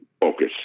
focus